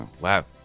Wow